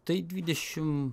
tai dvidešim